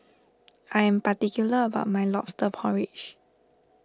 I am particular about my Lobster Porridge